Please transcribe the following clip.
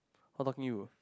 how about you